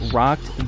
rocked